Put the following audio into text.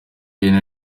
ihene